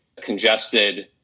congested